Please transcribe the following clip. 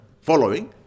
following